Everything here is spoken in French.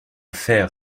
faire